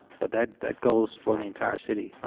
but that that goes for the entire city,